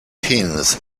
pins